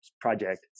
project